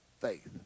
faith